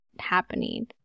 happening